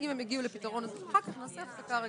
כאשר הייתה כאן כנסת תקינה,